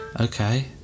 Okay